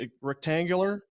rectangular